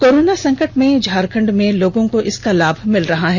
corona संकट में झारखंड में भी लोगों को इसका लाभ मिल रहा है